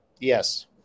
yes